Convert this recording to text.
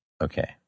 Okay